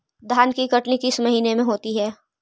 धान की कटनी किस महीने में होती है?